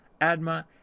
Adma